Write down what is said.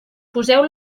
poseu